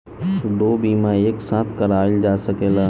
दो बीमा एक साथ करवाईल जा सकेला?